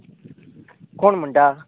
कोण म्हणटा